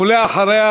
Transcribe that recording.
ואחריה,